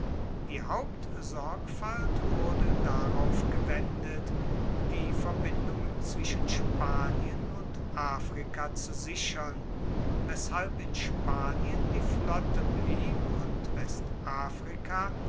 die hauptsorgfalt wurde darauf gewendet die verbindungen zwischen spanien und afrika zu sichern weshalb in spanien die flotte blieb und westafrika